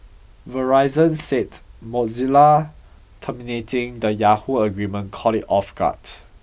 Verizon said Mozilla terminating the Yahoo agreement caught it off guard